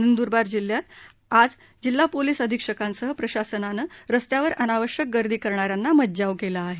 नंदरबारमध्ये आज जिल्हा पोलीस अधिक्षकांसह प्रशासनानं रस्त्यावर अनावश्यक गर्दी करणा यांना मज्जाव केला आहे